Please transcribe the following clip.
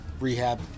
rehab